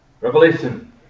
Revelation